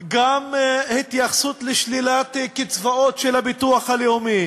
גם התייחסות לשלילת קצבאות של הביטוח הלאומי,